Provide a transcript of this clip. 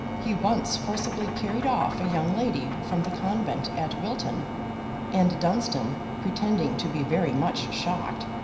he once forcibly carried off a young lady from the convent at wilton and dunstan, pretending to be very much shocked,